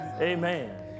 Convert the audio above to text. Amen